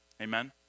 Amen